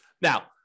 Now